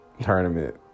tournament